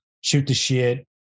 shoot-the-shit